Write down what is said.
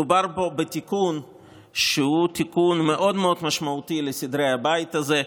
מדובר פה בתיקון שהוא מאוד מאוד משמעותי לסדרי הבית הזה.